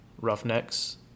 Roughnecks